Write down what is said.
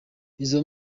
izo